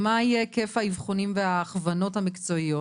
מה יהיה היקף האבחונים וההכוונות המקצועיות